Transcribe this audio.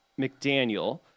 McDaniel